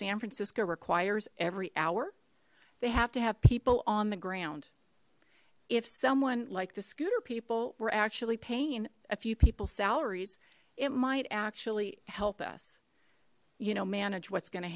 san francisco requires every hour they have to have people on the ground if someone like the scooter people were actually paying a few people salaries it might actually help us you know manage what's go